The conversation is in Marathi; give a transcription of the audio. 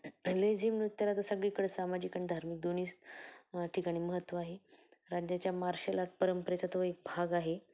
लेझीम नृत्याला तर सगळीकडे सामाजिक आणि धार्मिक दोन्हीच ठिकाणी महत्त्व आहे राज्याच्या मार्शल आर्ट परंपरेचा तो एक भाग आहे